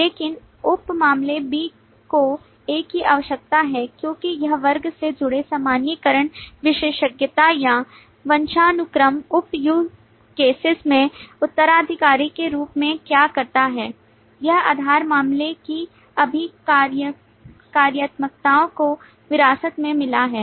लेकिन उप मामले B को A की आवश्यकता है क्योंकि यह वर्ग से जुड़े सामान्यीकरण विशेषज्ञता या वंशानुक्रम उप use cases में उत्तराधिकारी के रूप में क्या करता है यह आधार मामले की सभी कार्यात्मकताओं को विरासत में मिला है